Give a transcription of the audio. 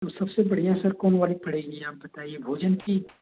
तो सबसे बढ़िया सर कौन वाली पड़ेगी आप बताइये भोजन की